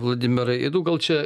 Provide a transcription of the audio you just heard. vladimirai nu gal čia